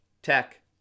tech